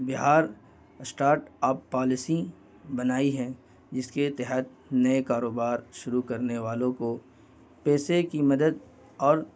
بہار start up policy بنائی ہے جس کے تحت نئے کاروبار شروع کرنے والوں کو پیسے کی مدد اور